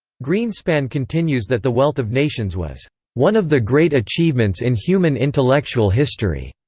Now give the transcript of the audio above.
greenspan continues that the wealth of nations was one of the great achievements in human intellectual history.